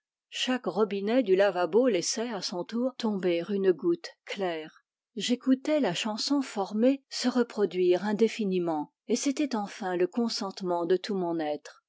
chaque robinet du lavabo laissait à son tour tomber une goutte claire j'écoutais la chanson formée se reproduire indéfiniment et c'était enfin le consentement de tout mon être